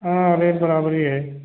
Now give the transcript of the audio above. हाँ रेट बराबरी है